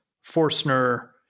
forstner